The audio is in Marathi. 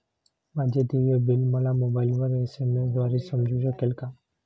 माझे देय बिल मला मोबाइलवर एस.एम.एस द्वारे समजू शकेल का?